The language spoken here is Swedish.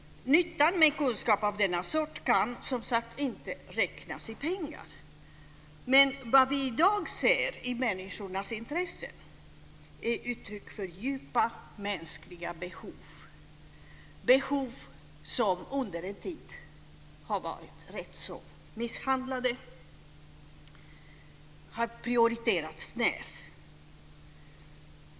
Nyttan med kunskap av denna sort kan som sagt var inte räknas i pengar, men vad vi i dag ser i människornas intresse är uttryck för djupt mänskliga behov - behov som under en tid har varit rätt misshandlade och har prioriterats ned.